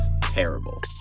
terrible